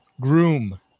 groom